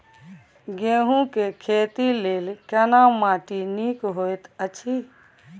गेहूँ के खेती लेल केना माटी नीक होयत अछि?